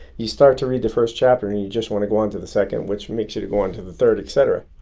you start to read the first chapter and you you just want to go on to the second, which makes you go on to the third, etcetera.